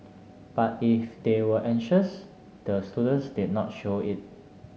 but if they were anxious the students did not show it